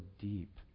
deep